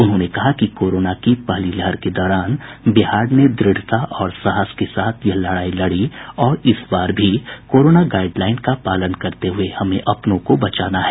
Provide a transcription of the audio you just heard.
उन्होंने कहा कि कोरोना की पहली लहर के दौरान बिहार ने दृढ़ता और साहस के साथ यह लड़ाई लड़ी और इस बार भी कोरोना गाईडलाईन का पालन करते हुये हमें अपने को और अपनों को बचाना है